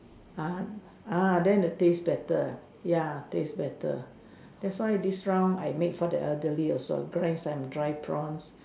ah ah then the taste better ya taste better that's why this round I make for the elderly also grind some dry prawns